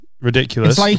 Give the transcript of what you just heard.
Ridiculous